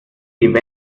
sie